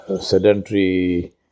sedentary